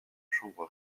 chambre